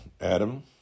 Adam